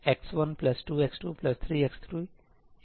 5x2 10 या x22 ठीक